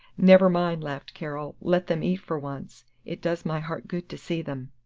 never mind, laughed carol, let them eat for once it does my heart good to see them,